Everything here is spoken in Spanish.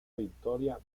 victoria